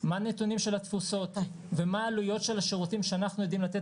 מה הנתונים של התפוסות ומה העלויות של השירותים שאנחנו יודעים לתת